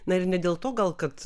na ir ne dėl to gal kad